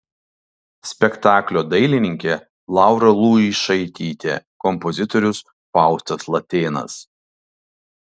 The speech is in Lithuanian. spektaklio dailininkė laura luišaitytė kompozitorius faustas latėnas